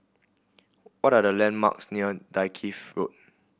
what are the landmarks near Dalkeith Road